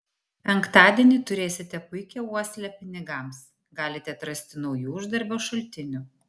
penktadienį turėsite puikią uoslę pinigams galite atrasti naujų uždarbio šaltinių